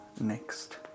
next